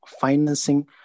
financing